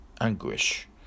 anguish